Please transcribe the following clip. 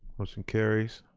motion carries.